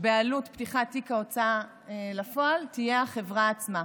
בעלות פתיחת תיק ההוצאה לפועל יהיה החברה עצמה.